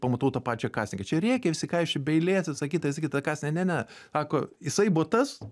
pamatau tą pačią kasininkę čia rėkia visi ką jūs čia be eilės visa kita visa kita kasininkė ne ne sako jisai buvo tas